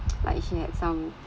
like she had some